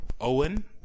owen